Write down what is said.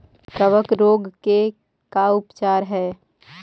कबक रोग के का उपचार है?